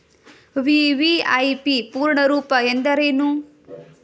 VVIP ಪೂರ್ಣ ರೂಪ ಎಂದರೇನು?